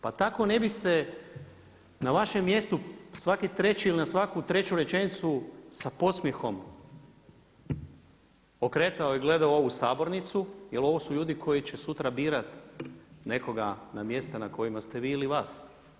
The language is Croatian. Pa tako ne bi se na vašem mjestu svaki treći ili na svaku treću rečenicu sa podsmjehom okretao i gledao ovu sabornicu jer ovo su ljudi koji će sutra birati nekoga na mjesta na kojima ste vi ili vas.